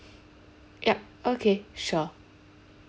yup okay sure